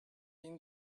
been